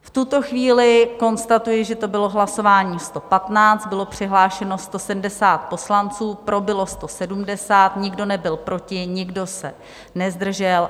V tuto chvíli konstatuji, že to bylo hlasování číslo 115, bylo přihlášeno 170 poslanců, pro bylo 170, nikdo nebyl proti, nikdo se nezdržel.